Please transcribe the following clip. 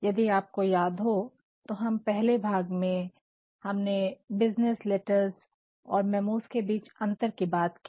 यदि आपको याद हो तो पहले भाग में हमने बिज़नेस लेटर्स और मेमोस के बीच अंतर की बात की